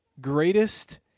greatest